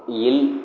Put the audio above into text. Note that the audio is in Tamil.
எள்